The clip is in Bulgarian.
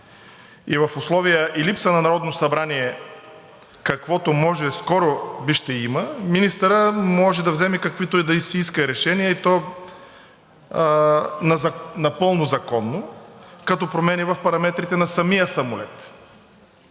В условия и липса на Народно събрание, каквото скоро може би ще има, министърът може да вземе каквито си иска решения, и то напълно законно, като промени в параметрите на самия самолет,